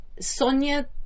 Sonia